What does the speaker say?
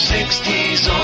60s